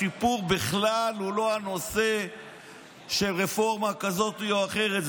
הסיפור הוא בכלל לא רפורמה כזאת או אחרת,